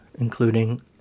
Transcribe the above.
including